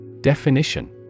Definition